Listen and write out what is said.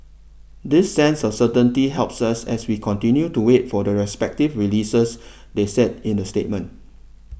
this sense of certainty helps us as we continue to wait for the respective releases they said in a statement